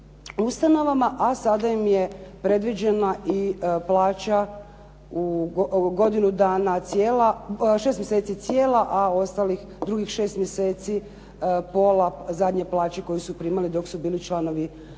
ustanovama a sada im je predviđena i plaća šest mjeseci cijela a ostalih drugih šest mjeseci pola zadnje plaće koju su primali dok su bili članovi Vijeća